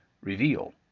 reveal